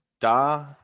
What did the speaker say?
da